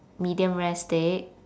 medium rare steak